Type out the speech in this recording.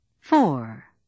Four